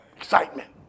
excitement